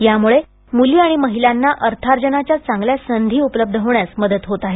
यामुळे मुली आणि महिलांना अर्थार्जनाच्या चांगल्या संधी उपलब्ध होण्यास मदत होत आहे